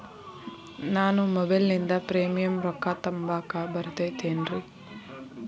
ನಾನು ಮೊಬೈಲಿನಿಂದ್ ಪ್ರೇಮಿಯಂ ರೊಕ್ಕಾ ತುಂಬಾಕ್ ಬರತೈತೇನ್ರೇ?